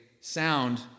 sound